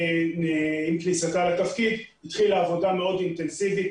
עם כניסתה לתפקיד התחילה עבודה מאוד אינטנסיבית,